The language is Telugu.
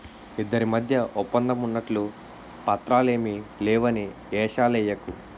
ఇద్దరి మధ్య ఒప్పందం ఉన్నట్లు పత్రాలు ఏమీ లేవని ఏషాలెయ్యకు